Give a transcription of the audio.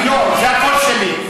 אני לא, זה הקול שלי.